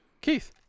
Keith